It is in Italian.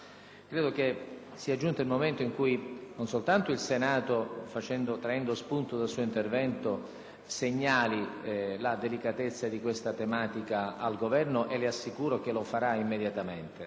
Credo sia giunto il momento in cui non soltanto il Senato, traendo spunto dal suo intervento, segnali la delicatezza di questa tematica al Governo (e le assicuro che lo farà immediatamente),